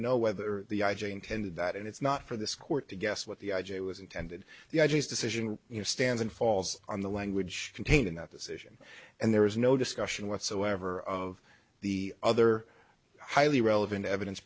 know whether the i g intended that and it's not for this court to guess what the i j a was intended the edges decision you know stands and falls on the language contained in that decision and there is no discussion whatsoever of the other highly relevant evidence